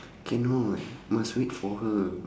cannot must wait for her